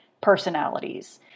personalities